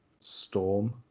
storm